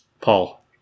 Paul